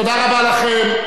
תודה רבה לכם,